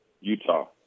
Utah